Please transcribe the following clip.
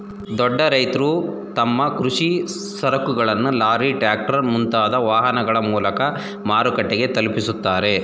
ದೊಡ್ಡ ರೈತ್ರು ತಮ್ಮ ಕೃಷಿ ಸರಕುಗಳನ್ನು ಲಾರಿ, ಟ್ರ್ಯಾಕ್ಟರ್, ಮುಂತಾದ ವಾಹನಗಳ ಮೂಲಕ ಮಾರುಕಟ್ಟೆಗೆ ತಲುಪಿಸುತ್ತಾರೆ